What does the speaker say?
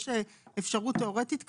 יש אפשרות תיאורטית כזאת,